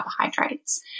carbohydrates